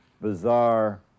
bizarre